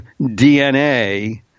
DNA